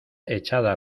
echada